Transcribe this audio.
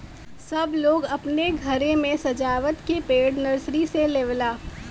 सब लोग अपने घरे मे सजावत के पेड़ नर्सरी से लेवला